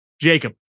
Jacob